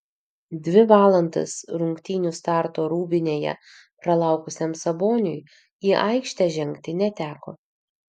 dvi valandas rungtynių starto rūbinėje pralaukusiam saboniui į aikštę žengti neteko